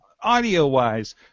audio-wise